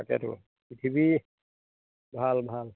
তাকেতো পৃথিৱী ভাল ভাল